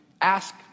ask